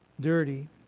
Dirty